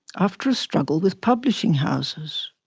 after a struggle with publishing houses.